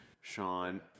sean